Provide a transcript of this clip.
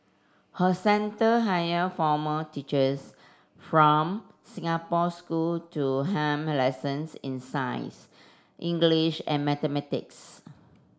her centre hire former teachers from Singapore school to helm lessons in science English and mathematics